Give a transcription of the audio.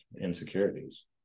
insecurities